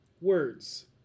words